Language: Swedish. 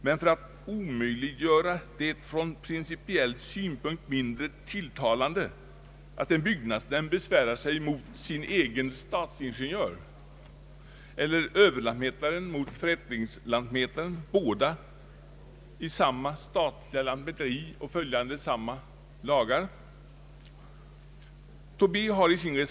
Men för att omöjliggöra det från principiella synpunkter mindre tilltalande att en byggnadsnämnd besvärar sig mot sin egen stadsingenjör eller överlantmätaren mot förrättningsmannen, båda i samma statliga lantmäteri och följande samma lagar, borde man ha en annan ordning.